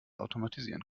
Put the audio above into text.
automatisieren